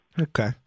Okay